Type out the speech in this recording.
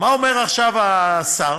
מה אומר עכשיו השר?